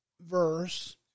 verse